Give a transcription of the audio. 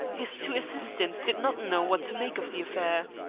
his two assistants did not know what to make of the affair.